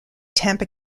tampa